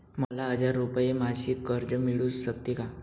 मला हजार रुपये मासिक कर्ज मिळू शकते का?